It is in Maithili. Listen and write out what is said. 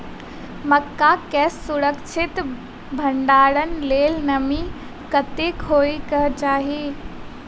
मक्का केँ सुरक्षित भण्डारण लेल नमी कतेक होइ कऽ चाहि?